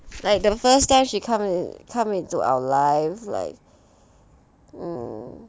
like the first time she come in come into our lives like mm